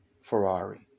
Ferrari